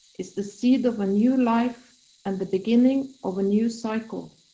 is the seed of a new life and the beginning of a new cycle.